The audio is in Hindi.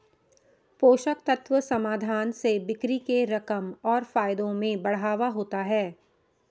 पोषक तत्व समाधान से बिक्री के रकम और फायदों में बढ़ावा होता है